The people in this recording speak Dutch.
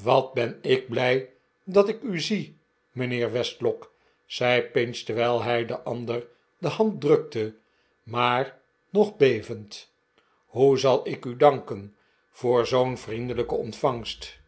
wat ben ik blij dat ik u zie mijnheer westlock zei pinch terwijl hij den ander de hand drukte maar nog bevend hoe zal ik u danken voor zoo'n vriendelijke ontvangst